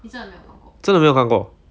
真的没有看过